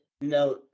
No